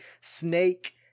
Snake